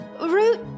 Root